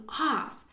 off